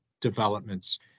developments